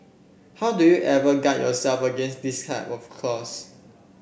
how do you ever guard yourself against this type of clause